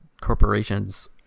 corporations